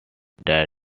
that